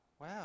wow